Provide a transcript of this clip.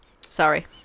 sorry